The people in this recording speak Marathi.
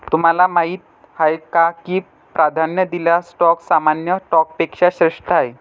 तुम्हाला माहीत आहे का की प्राधान्य दिलेला स्टॉक सामान्य स्टॉकपेक्षा श्रेष्ठ आहे?